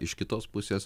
iš kitos pusės